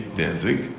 dancing